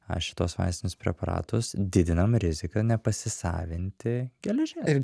šitus vaistinius preparatus didinam riziką nepasisavinti geležies